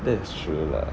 that is true lah